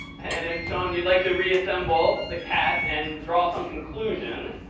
and if, sean, you'd like to reassemble the cat and draw some conclusion.